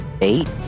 Eight